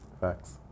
Facts